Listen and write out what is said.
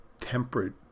temperate